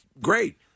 great